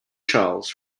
charles